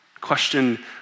Question